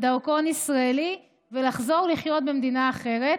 דרכון ישראלי ולחזור לחיות במדינה אחרת,